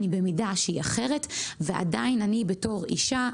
אני במידה שהיא אחרת ועדיין בתור אישה,